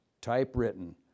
typewritten